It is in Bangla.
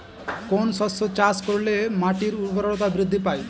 কোন শস্য চাষ করলে মাটির উর্বরতা বৃদ্ধি পায়?